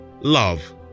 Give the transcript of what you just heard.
love